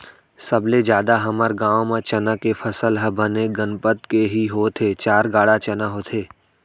सबले जादा हमर गांव म चना के फसल ह बने गनपत के ही होथे चार गाड़ा चना होथे